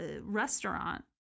restaurant